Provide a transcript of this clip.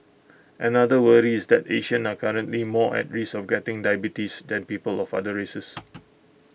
another worry is that Asians are currently more at risk of getting diabetes than people of other races